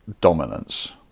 dominance